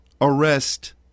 arrest